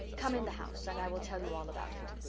come in the house and i will tell you all about it.